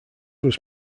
was